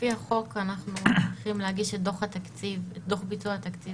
לפי החוק אנחנו צריכים להגיש את דוח ביצוע התקציב